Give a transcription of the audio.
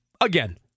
again